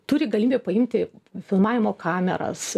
turi galimybę paimti filmavimo kameras